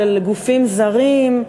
של גופים זרים,